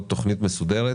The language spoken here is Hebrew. תוכנית מסודרת,